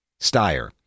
Steyer